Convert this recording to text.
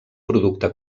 producte